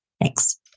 Thanks